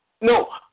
No